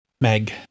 Meg